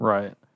Right